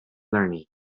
learning